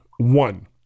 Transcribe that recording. One